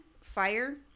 fire